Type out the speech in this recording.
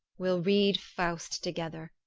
we'll read faust together.